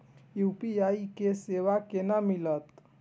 UPI के सेवा केना मिलत?